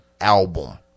album